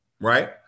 right